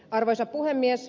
arvoisa puhemies